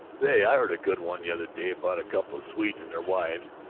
say, i heard a good one the other day about a coupla swedes and their wives,